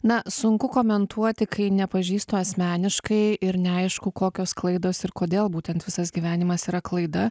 na sunku komentuoti kai nepažįstu asmeniškai ir neaišku kokios klaidos ir kodėl būtent visas gyvenimas yra klaida